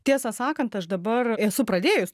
tiesą sakant aš dabar esu pradėjus